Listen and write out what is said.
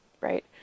right